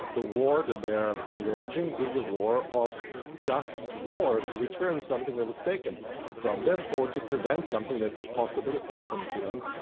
the war that they're waging is the war of just war to return something that was taken from them or to prevent something that could possibly happen to them.